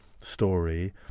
story